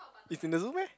is in the zoo meh